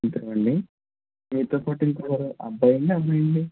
ఇద్దరు అండి మీతో పాటు ఇంకొకరు అబ్బాయా అండి అమ్మాయా అండి